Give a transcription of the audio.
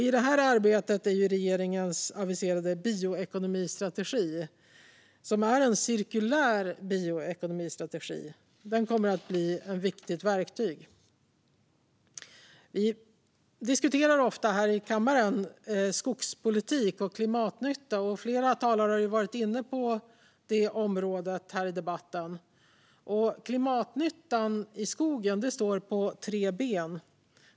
I det här arbetet kommer regeringens aviserade cirkulära bioekonomistrategi att bli ett viktigt verktyg. Vi diskuterar ofta skogspolitik och klimatnytta här i kammaren. Flera talare har varit inne på det området i den här debatten. Klimatnyttan i skogen står på tre ben.